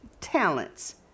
talents